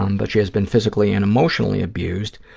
um but she has been physically and emotionally abused.